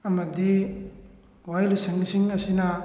ꯑꯃꯗꯤ ꯋꯥꯌꯦꯜꯁꯪꯁꯤꯡ ꯑꯁꯤꯅ